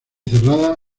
cerrada